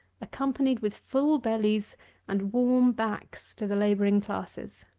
accompanied with full bellies and warm backs to the labouring classes.